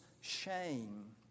shame